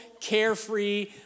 carefree